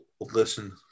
Listen